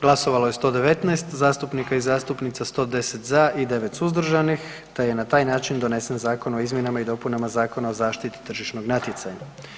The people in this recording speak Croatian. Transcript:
Glasovalo je 119 zastupnika i zastupnica, 110 za i 9 suzdržanih, te je na taj način donesen Zakon o izmjenama i dopunama Zakona o zaštiti tržišnog natjecanja.